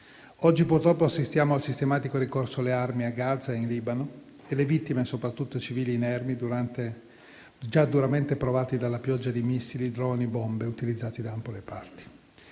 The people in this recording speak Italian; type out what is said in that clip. Oggi, purtroppo, assistiamo al sistematico ricorso alle armi a Gaza e in Libano, e le vittime sono soprattutto civili inermi già duramente provati dalla pioggia di missili, droni e bombe utilizzati da ambo le parti.